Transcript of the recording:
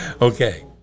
Okay